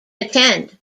attend